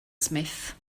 smith